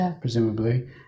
presumably